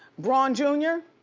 bron jr.